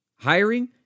Hiring